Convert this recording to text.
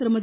திருமதி